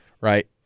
right